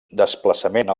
desplaçament